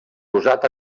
usat